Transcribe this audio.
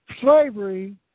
slavery